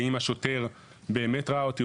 האם השוטר באמת ראה אותי,